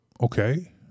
Okay